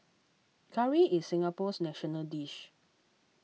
curry is Singapore's national dish